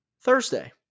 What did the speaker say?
Thursday